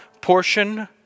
portion